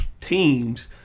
teams